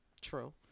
True